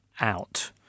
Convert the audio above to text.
out